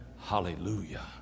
Hallelujah